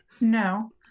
no